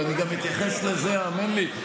אני גם אתייחס לזה, האמן לי.